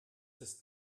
ist